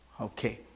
Okay